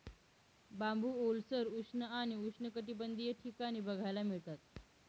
बांबू ओलसर, उष्ण आणि उष्णकटिबंधीय ठिकाणी बघायला मिळतात